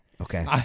Okay